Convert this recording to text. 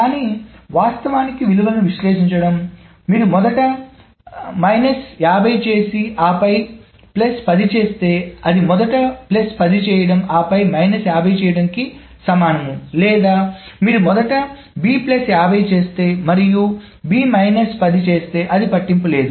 కానీ వాస్తవానికి విలువను విశ్లేషించడం మీరు మొదట మైనస్ 50 చేసి ఆపై ప్లస్ 10 చేస్తే అది మొదట ప్లస్ 10 చేయడం ఆపై మైనస్ 50 చేయడం కి సమానము లేదా మీరు మొదట చేస్తే మరియు b మైనస్ చేస్తే అది పట్టింపు లేదు